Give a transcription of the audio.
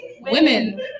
women